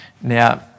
Now